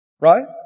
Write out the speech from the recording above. Right